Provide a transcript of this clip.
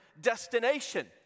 destination